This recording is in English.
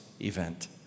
event